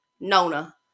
Nona